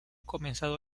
comenzado